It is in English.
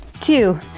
two